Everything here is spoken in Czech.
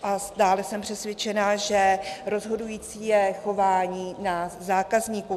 A dále jsem přesvědčena, že rozhodující je chování nás zákazníků.